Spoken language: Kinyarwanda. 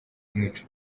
kumwica